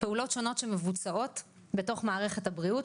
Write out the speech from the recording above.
פעולות שונות שמבוצעות בתוך מערכת הבריאות